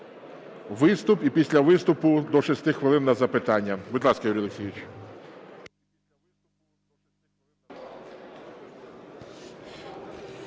виступ і після виступу до 6 хвилин на запитання. Будь ласка, Юрій Олексійович.